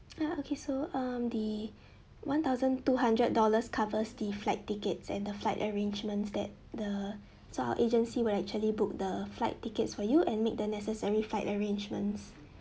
uh okay so um the one thousand two hundred dollars covers the flight tickets and the flight arrangements that the so our agency will actually book the flight tickets for you and make the necessary flight arrangements